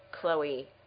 Chloe